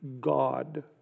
God